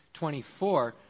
24